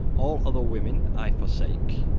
all other women i forsake,